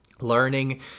learning